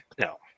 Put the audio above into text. No